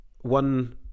one